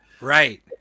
Right